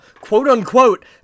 quote-unquote